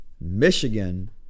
Michigan